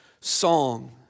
song